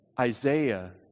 Isaiah